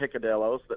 Picadillos